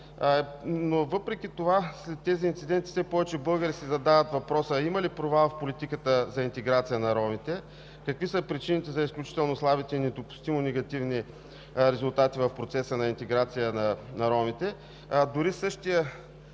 Но въпреки това, след тези инциденти все повече българи си задават въпроса: има ли провал в политиката за интеграция на ромите? Какви са причините за изключително слабите и недопустимо негативни резултати в процеса на интеграция на ромите?